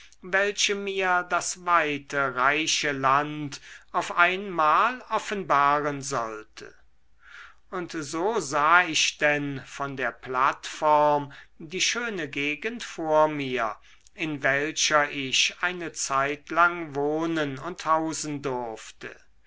welche mir das weite reiche land auf einmal offenbaren sollte und so sah ich denn von der plattform die schöne gegend vor mir in welcher ich eine zeitlang wohnen und hausen durfte